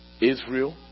Israel